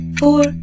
four